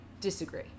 disagree